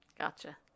Gotcha